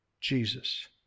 Jesus